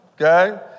okay